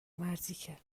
مرتیکه